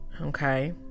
okay